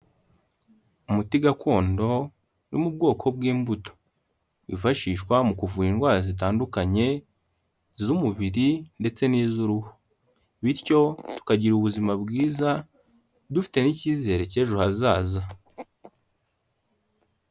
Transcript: Umuti gakondo wo mu bwoko bw'imbuto, wifashishwa mu kuvura indwara zitandukanye z'umubiri ndetse n'iz'uruhu, bityo tukagira ubuzima bwiza dufite n'icyizere cy'ejo hazaza.